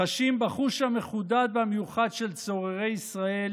חשים בחוש המחודד והמיוחד של צוררי ישראל